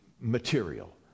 material